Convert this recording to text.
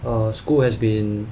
err school has been